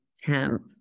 temp